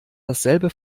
dasselbe